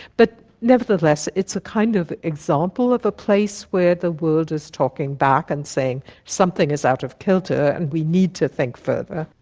but nevertheless it's a kind of example of a place where the world is talking back and saying something is out of kilter, and we need to think further.